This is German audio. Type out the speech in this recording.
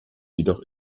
jedoch